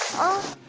of